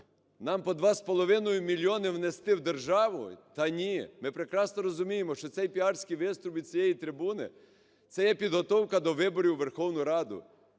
нам по 2,5 мільйони внести в державу? Та ні, ми прекрасно розуміємо, що цейпіарський виступ від цієї трибуни – це є підготовка до виборів у Верховну Раду.